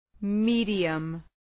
Medium